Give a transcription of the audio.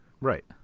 Right